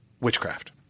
witchcraft